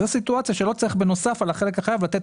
זאת סיטואציה שלא צריך בנוסף על החלק החייב לתת